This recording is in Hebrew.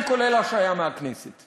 קודם כול בירור, קודם כול העמדה לדין.